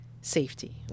safety